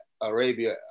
Arabia